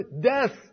death